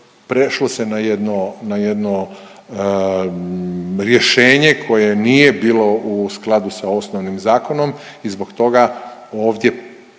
jedno, na jedno rješenje koje nije bilo u skladu sa osnovnim zakonom i zbog toga ovdje